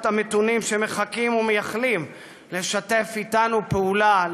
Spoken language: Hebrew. המתונים שמחכים ומייחלים לשתף איתנו פעולה,